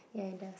ya it does